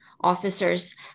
officers